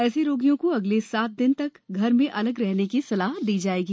ऐसे रोगियों को अगले सात दिन तक घर में अलग रहने की सलाह दी जाएगी